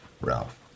Ralph